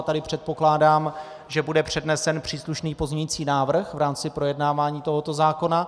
Tady předpokládám, že bude přednesen příslušný pozměňující návrh v rámci projednávání tohoto zákona.